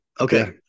Okay